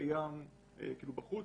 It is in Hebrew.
הקיים בחוץ.